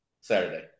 Saturday